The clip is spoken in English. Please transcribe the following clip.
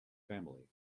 family